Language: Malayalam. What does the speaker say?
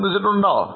ചിന്തിച്ചിട്ടുണ്ടോ